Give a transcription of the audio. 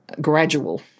gradual